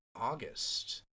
August